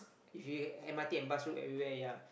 if you m_r_t and bus route everywhere ya